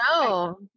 no